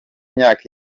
imyaka